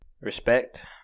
respect